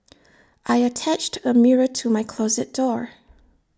I attached A mirror to my closet door